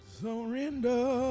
surrender